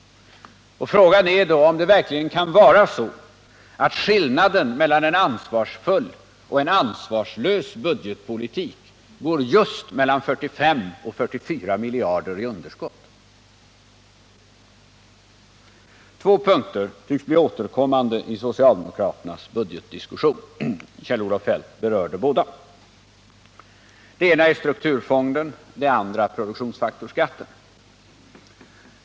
Frågan är då om det verkligen kan vara så att skillnaden mellan en ansvarsfull och en ansvarslös budgetpolitik går just mellan 45 och 44 miljarder i budgetunderskott. Två punkter tycks bli återkommande i socialdemokraternas budgetdiskussion. Kjell-Olof Feldt berörde båda. Den ena är strukturfonden, den andra produktionsfaktorsskatten.